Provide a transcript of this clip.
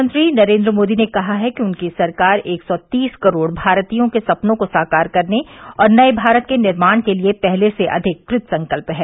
प्रधानमंत्री नरेंद्र मोदी ने कहा है कि उनकी सरकार एक सौ तीस करोड़ भारतीयों के सपनों को साकार करने और नये भारत के निर्माण के लिए पहले से अधिक कृत संकल्प है